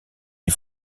les